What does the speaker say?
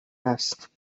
است